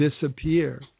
disappear